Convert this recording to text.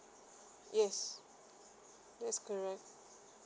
yes that's correct